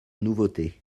nouveauté